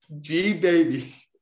G-Baby